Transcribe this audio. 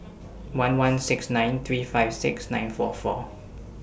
one one six nine three five six nine four four